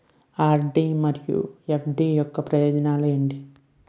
RD మరియు FD యొక్క ప్రయోజనాలు ఏంటి?